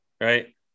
right